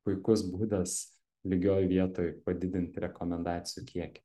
puikus būdas lygioj vietoj padidinti rekomendacijų kiekį